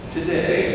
Today